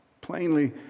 plainly